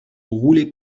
roulait